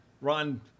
Ron